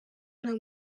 nta